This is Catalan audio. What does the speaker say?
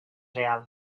real